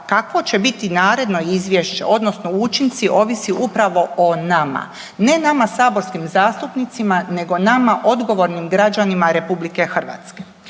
kakvo će biti naredno izvješće odnosno učinci ovisi upravo o nama, ne nama saborskim zastupnicima nego nama odgovornim građanima RH.